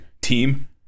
team